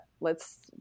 lets